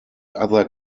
other